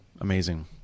amazing